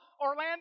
Orlando